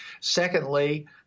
Secondly